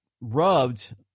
rubbed